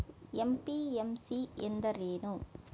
MPMC ಎಂದರೇನು?